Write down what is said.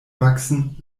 wachsen